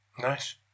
Nice